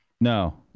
no